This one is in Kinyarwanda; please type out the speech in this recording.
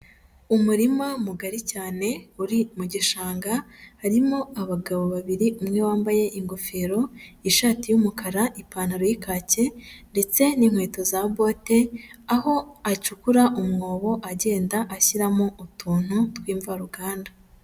Umurima mugari cyane uri mu gishanga harimo abagabo babiri umwe wambaye ingofero, ishati y'umukara, ipantaro y'ikake ndetse n'inkweto za bote, aho acukura umwobo agenda ashyiramo utuntu tw'imvaruganda.